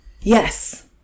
Yes